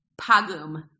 Pagum